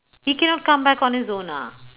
he cannot come back on his own ah